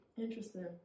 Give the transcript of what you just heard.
Interesting